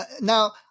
Now